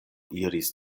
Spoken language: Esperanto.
iris